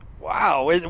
Wow